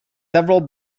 several